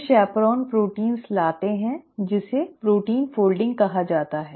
तो chaperone protein लाते हैं जिसे प्रोटीन फोल्डिंग कहा जाता है